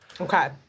Okay